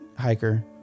hiker